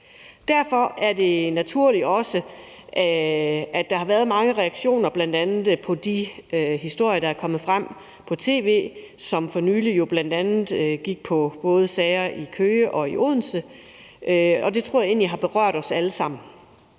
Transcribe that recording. Derfor er det også naturligt, at der har været mange reaktioner på de historier, der er kommet frem på tv for nylig, og som bl.a. gik på sager i både Køge og i Odense, og det tror jeg egentlig også har berørt os alle sammen.